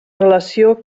relació